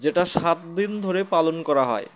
যেটা সাত দিন ধরে পালন করা হয়